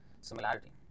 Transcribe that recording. similarity